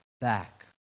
back